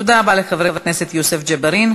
תודה רבה לחבר הכנסת יוסף ג'בארין.